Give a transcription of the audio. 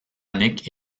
chroniques